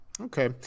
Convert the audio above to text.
okay